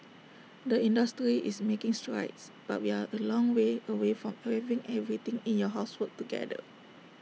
the industry is making strides but we are A long way away from having everything in your house work together